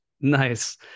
Nice